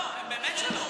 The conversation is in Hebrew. הם לא, באמת שלא.